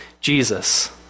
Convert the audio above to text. Jesus